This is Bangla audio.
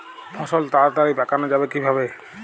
ফসল তাড়াতাড়ি পাকানো যাবে কিভাবে?